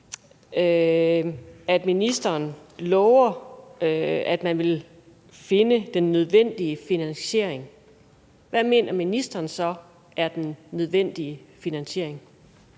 at ministeren lover, at man vil finde den nødvendige finansiering, hvad mener ministeren så er den nødvendige finansiering?